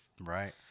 Right